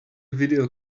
video